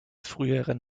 früheren